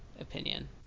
opinion